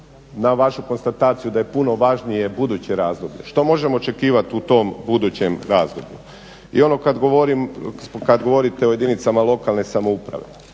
na vašu konstataciju da je puno važnije buduće razdoblje, što hoćemo očekivat u tom budućem razdoblju. I ono kad govorite o jedinicama lokalne samouprave,